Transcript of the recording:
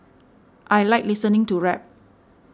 I like listening to rap